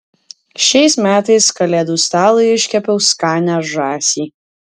šiais metais kalėdų stalui iškepiau skanią žąsį